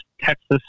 Texas